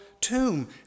tomb